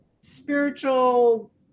spiritual